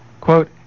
Quote